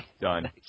done